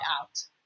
out